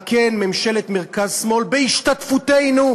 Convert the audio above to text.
מה כן ממשלת מרכז-שמאל בהשתתפותנו,